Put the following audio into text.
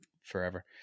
forever